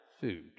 food